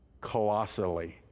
colossally